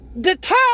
deter